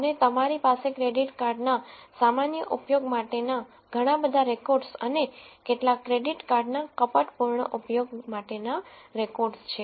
અને તમારી પાસે ક્રેડિટ કાર્ડના સામાન્ય ઉપયોગ માટેના ઘણા બધા રેકોર્ડ્સ અને કેટલાક ક્રેડિટ કાર્ડના નકલી ઉપયોગ માટેના રેકોર્ડ્સ છે